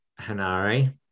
Hanare